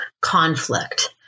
conflict